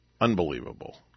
Unbelievable